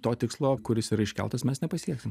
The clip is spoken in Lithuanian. to tikslo kuris yra iškeltas mes nepasieksim